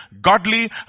godly